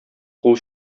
кул